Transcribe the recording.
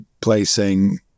placing